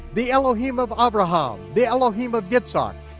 the elohim of abraham, the elohim of yitzhak,